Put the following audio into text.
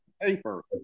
paper